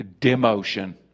demotion